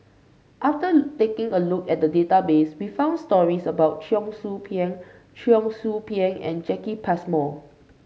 after taking a look at the database we found stories about Cheong Soo Pieng Cheong Soo Pieng and Jacki Passmore